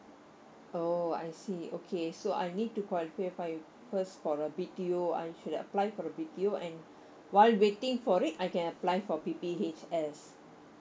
oh I see okay so I need to qualify if I first for a B_T_O I should have apply for a B_T_O and while waiting for it I can apply for P_P_H_S